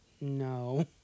no